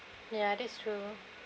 ya that's true